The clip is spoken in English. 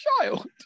child